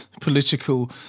political